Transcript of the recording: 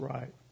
Right